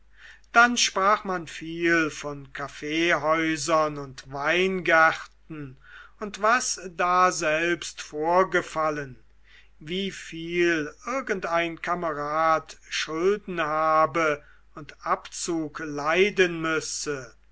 dann sprach man viel von kaffeehäusern und weingärten und was daselbst vorgefallen wieviel irgendein kamerad schulden habe und abzug leiden müsse